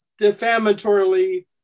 defamatorily